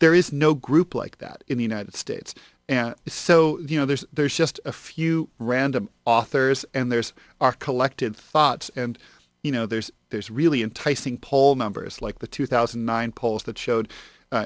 there is no group like that in the united states and so you know there's there's just a few random authors and there's our collective thoughts and you know there's there's really enticement poll numbers like the two thousand and nine polls that showed